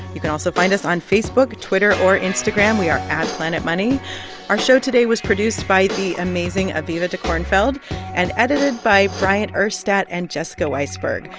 you can also find us on facebook, twitter or instagram. we are at planetmoney. our show today was produced by the amazing aviva dekornfeld and edited by bryant urstadt and jessica weisberg.